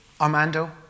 Armando